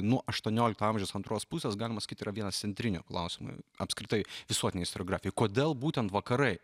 nuo aštuoniolikto amžiaus antros pusės galima sakyti yra vienas centrinių klausimų apskritai visuotinė istoriografija kodėl būtent vakarai